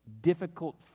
difficult